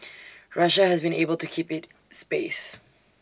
Russia has been able to keep IT space